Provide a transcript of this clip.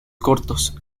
cortos